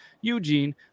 eugene